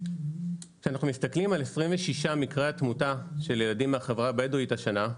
כשאנחנו מסתכלים על 26 מקרי התמותה של ילדים מהחברה הבדווית השנה,